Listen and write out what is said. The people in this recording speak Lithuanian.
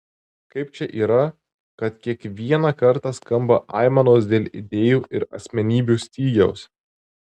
kaip čia yra kad kiekvieną kartą skamba aimanos dėl idėjų ir asmenybių stygiaus